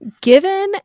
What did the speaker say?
Given